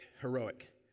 heroic